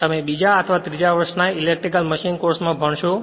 તમે બીજા વર્ષ અથવા ત્રીજા વર્ષના ઇલેક્ટ્રિકલ મશીન કોર્સમાં ભણશો